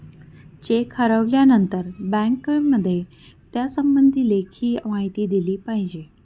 check हरवल्यानंतर बँकेमध्ये त्यासंबंधी लेखी माहिती दिली पाहिजे